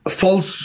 False